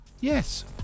Yes